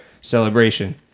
celebration